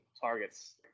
targets